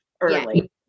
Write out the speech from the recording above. early